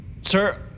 Sir